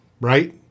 Right